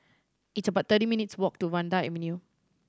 it's about thirty minutes' walk to Vanda Avenue